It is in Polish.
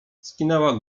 skinęła